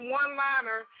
one-liner